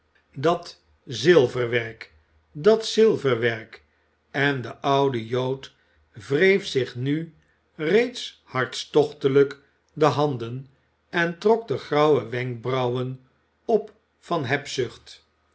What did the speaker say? dat zilverwerk dat zilverwerk en de oude jood wreef zich nu reeds hartstochtelijk de handen en trok de grauwe wenkbrauwen op van hebzucht